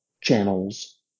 channels